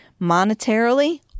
Monetarily